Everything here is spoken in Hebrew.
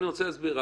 אני רוצה להסביר.